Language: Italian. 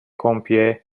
compie